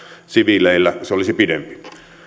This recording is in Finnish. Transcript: siviileillä se olisi pidempi